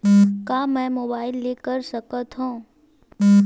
का मै मोबाइल ले कर सकत हव?